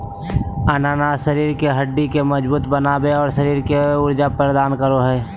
अनानास शरीर के हड्डि के मजबूत बनाबे, और शरीर के ऊर्जा प्रदान करो हइ